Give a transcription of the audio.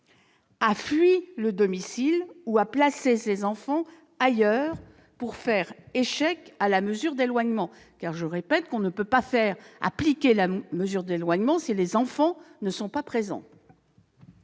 a fui le domicile ou a placé ses enfants ailleurs pour faire échec à la mesure d'éloignement. Je répète qu'on ne peut pas faire appliquer la mesure d'éloignement si les enfants ne sont pas présents.